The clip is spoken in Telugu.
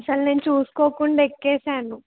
అసలు నేను చూసుకోకుండా ఎక్కేశాను